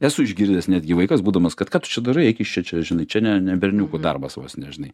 esu išgirdęs netgi vaikas būdamas kad ką tu čia darai eik iš čia čia žinai čia ne ne berniukų darbas vos ne žinai